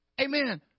Amen